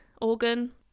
organ